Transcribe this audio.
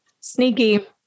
Sneaky